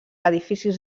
edificis